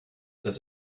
das